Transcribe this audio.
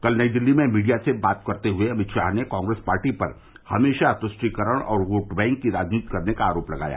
कल नई दिल्ली में मीडिया से बात करते हुए अमित शाह ने कांग्रेस पार्टी पर हमेशा तुष्टिकरण और वोट बैंक की राजनीति करने का आरोप लगाया